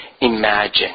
imagine